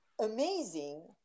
amazing